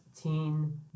teen